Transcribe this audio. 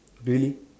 really